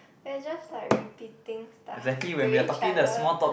we're just like repeating stuff to each other